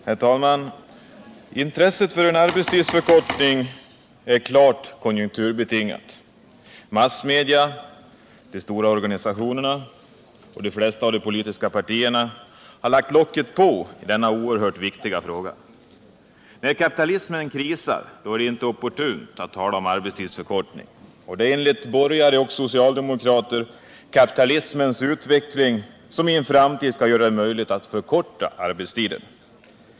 Herr talman! Intresset för en arbetstidsförkortning är klart konjunkturbetingat. Massmedia, de stora organisationerna och de flesta av de politiska partierna har lagt locket på i denna oerhört viktiga fråga. När kapitalismen krisar är det inte opportunt att tala om arbetstidsförkortning. Det är enligt borgare och socialdemokrater kapitalismens utveckling som i en framtid skall göra det möjligt att förkorta arbetstiden.